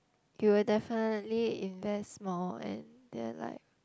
you will definitely invest more and they'll like